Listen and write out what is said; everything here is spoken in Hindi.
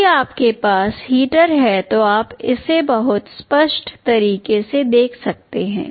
यदि आपके पास हीटर है तो आप इसे बहुत स्पष्ट तरीके से दिखा सकते हैं